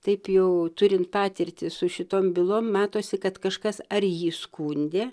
taip jau turint patirtį su šitom bylom matosi kad kažkas ar jį skundė